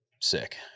sick